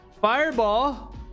Fireball